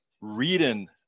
reading